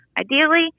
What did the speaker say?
Ideally